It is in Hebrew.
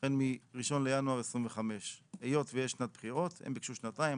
הם מאחד בינואר 2025. היות ויש שנת בחירות הם ביקוש שנתיים,